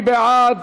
מי בעד?